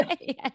Yes